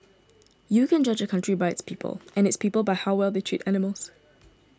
you can judge a country by its people and its people by how well they treat animals